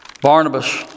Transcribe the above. Barnabas